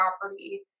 property